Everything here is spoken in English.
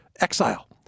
exile